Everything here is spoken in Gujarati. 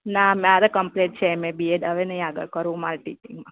ના મારે કંપ્લીટ છે એમએ બીએડ હવે નથી આગળ કરવું મારે ટિચિંગમાં